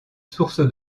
source